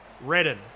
Redden